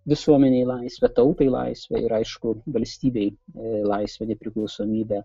visuomenei laisvę tautai laisvę ir aišku valstybei laisvę nepriklausomybę